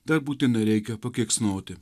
dar būtinai reikia pakeiksnoti